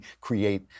create